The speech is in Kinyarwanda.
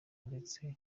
ndetse